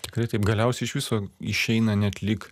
tikrai taip galiausiai iš viso išeina net lyg